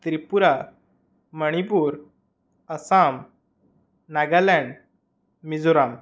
त्रिपुरा मणिपुरम् अस्साम् नागालाण्ड् मिजो़राम्